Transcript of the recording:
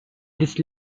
this